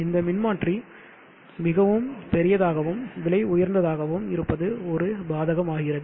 இந்த மின்மாற்றி மிகவும் பெரியதாகவும் விலை உயர்ந்ததாகவும் இருப்பது ஒரு பாதகமாகிறது